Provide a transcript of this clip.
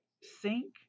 Sink